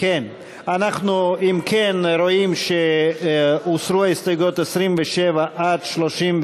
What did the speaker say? אנחנו, אם כן, רואים שהוסרו ההסתייגויות 27 35,